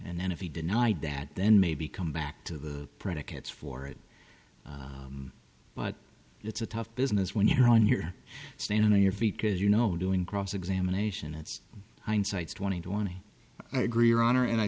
and then if he denied that then maybe come back to the predicates for it but it's a tough business when you're on you're standing on your feet because you know doing cross examination it's hindsight's twenty twenty i agree or honor and i